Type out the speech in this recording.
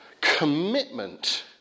commitment